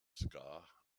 ska